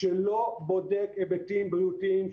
שלא בודק היבטים בריאותיים.